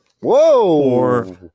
Whoa